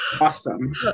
awesome